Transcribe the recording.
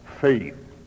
faith